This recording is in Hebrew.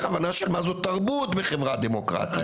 הבנה של מה זאת תרבות וחברה דמוקרטית,